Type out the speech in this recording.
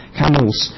camels